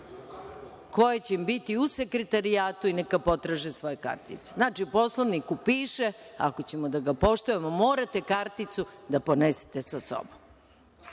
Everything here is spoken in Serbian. koje će im biti u Sekretarijatu i neka potraže svoje kartice. Znači, u Poslovniku piše, ako ćemo da ga poštujemo, morate karticu da ponesete sa sobom,